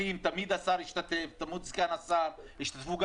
שבדיוני הוועדות בבטיחות בדרכים תמיד השר וסגן השר השתתפו.